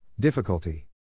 Difficulty